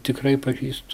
tikrai pažįstu